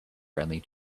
friendly